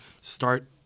start